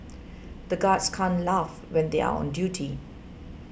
the guards can't laugh when they are on duty